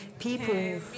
people